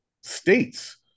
states